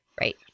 Right